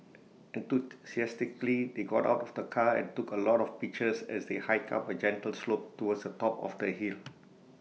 enthusiastically they got out of the car and took A lot of pictures as they hiked up A gentle slope towards the top of the hill